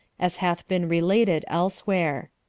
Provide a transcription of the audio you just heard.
as hath been related elsewhere.